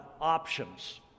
options